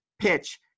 PITCH